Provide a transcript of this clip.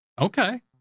Okay